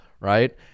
right